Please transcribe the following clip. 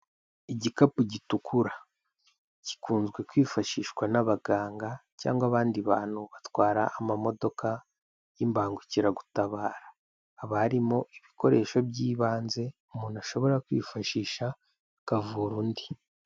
Igikapu gitukura gikunzwe kwifashishwa n'abaganga cyangwa abandi bantu batwara amamodoka y'imbangukiragutabara, haba harimo ibikoresho by'ibanze umuntu ashobora kwifashisha akavura undi.